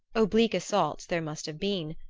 oblique assaults there must have been,